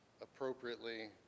appropriately